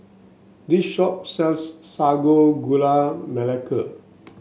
this shop sells Sago Gula Melaka